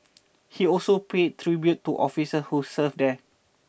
he also paid tribute to officers who served there